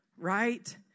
right